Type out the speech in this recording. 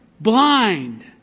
blind